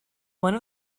one